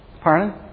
Pardon